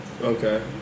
Okay